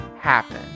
happen